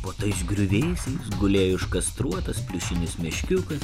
po tais griuvėsiais gulėjo iškastruotas pliušinis meškiukas